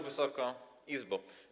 Wysoka Izbo!